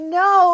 no